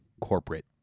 corporate